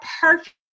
perfect